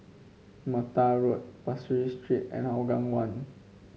Mattar Road Pasir Ris Street and Hougang One